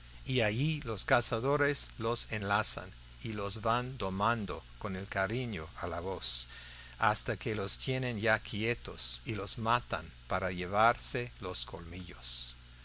y allí los cazadores los enlazan y los van domando con el cariño y la voz hasta que los tienen ya quietos y los matan para llevarse los colmillos